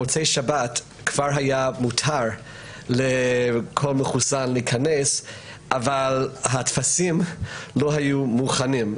במוצאי שבת כבר היה מותר לכל מחוסן להיכנס אבל הטפסים לא היו מוכנים.